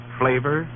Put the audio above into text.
flavor